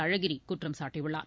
அழகிரி குற்றம் சாட்டியுள்ளார்